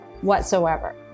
whatsoever